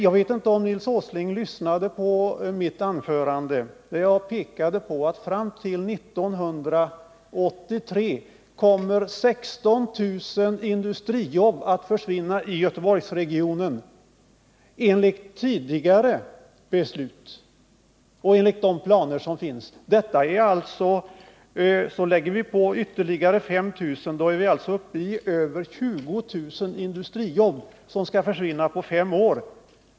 Jag vet inte om Nils Åsling lyssnade på mitt anförande när jag pekade på att fram till 1983 kommer 16 000 industrijobb att försvinna i Göteborgsregionen enligt tidigare beslut och enligt de planer som finns. Till detta skall läggas ytterligare 5 000, och då är vi alltså uppe i över 20 000 industrijobb som skall försvinna under fem år.